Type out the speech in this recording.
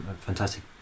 fantastic